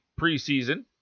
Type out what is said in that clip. preseason